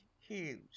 huge